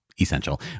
essential